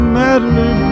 madly